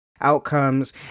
outcomes